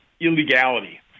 illegality